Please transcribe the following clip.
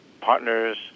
partners